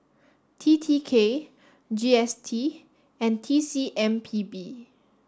T T K G S T and T C M P B